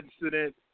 incident